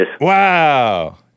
Wow